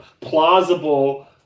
plausible